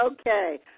Okay